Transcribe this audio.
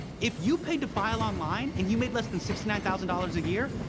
if you paid to file online and you made less than sixty nine thousand dollars a year,